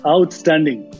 Outstanding